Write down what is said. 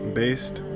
based